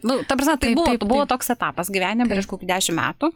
nu ta prasme tai buvo buvo toks etapas gyvenime prieš kokį dešim metų